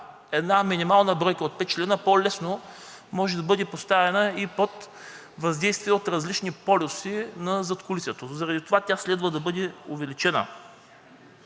една минимална бройка от пет членове по-лесно може да бъде поставена и под въздействие от различни полюси на задкулисието, заради това тя следва да бъде увеличена.